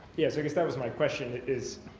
yes, i guess that was my question is